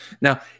now